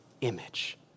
image